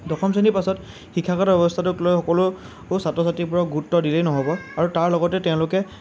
দশম শ্ৰেণীৰ পাছত শিক্ষাগত ব্যৱস্থাটোক লৈ সকলো ছাত্ৰ ছাত্ৰীৰ ওপৰত গুৰুত্ব দিলেই নহ'ব আৰু তাৰ লগতে তেওঁলোকে